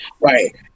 Right